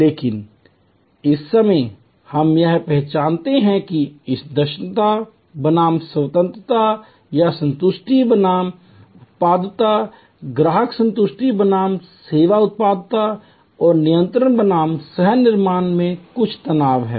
लेकिन इस समय हम यह पहचानते हैं कि इस दक्षता बनाम स्वायत्तता या संतुष्टि बनाम उत्पादकता ग्राहक संतुष्टि बनाम सेवा उत्पादकता और नियंत्रण बनाम सह निर्माण में कुछ तनाव हैं